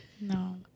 No